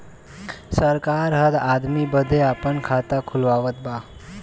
सरकार हर आदमी बदे आपे खाता खुलवावत बा